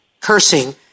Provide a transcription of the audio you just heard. cursing